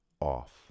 off